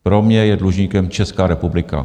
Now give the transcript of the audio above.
Pro mě je dlužníkem Česká republika.